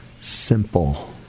Simple